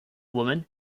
woman